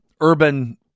urban